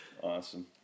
Awesome